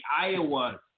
Iowa